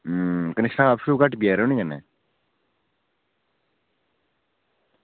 ते कन्नै शराब घट्ट पिया करो ना कन्नै